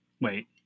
Wait